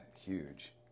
huge